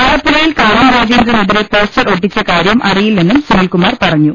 ആലപ്പുഴയിൽ കാനം രാജേന്ദ്രനെതിരെ പോസ്റ്റർ ഒട്ടിച്ച കാര്യം അറിയില്ലെന്നും സുനിൽ കുമാർ പറഞ്ഞു